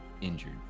injured